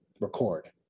record